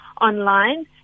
online